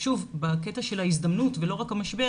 ואולי בקטע של ההזדמנות ולא רק של המשבר